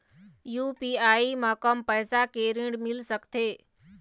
UPI म कम पैसा के ऋण मिल सकथे?